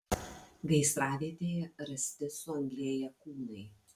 gaisravietėje rasti suanglėję kūnai